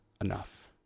enough